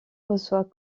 reçoit